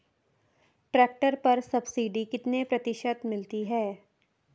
Tractor पर subsidy कितने प्रतिशत मिलती है?